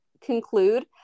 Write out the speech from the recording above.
conclude